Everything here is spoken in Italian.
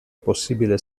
possibile